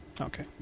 Okay